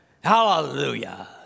Hallelujah